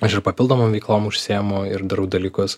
aš ir papildomom veiklom užsiemu ir darau dalykus